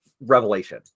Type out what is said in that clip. revelation